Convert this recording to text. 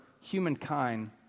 humankind